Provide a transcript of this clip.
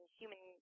human